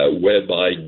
whereby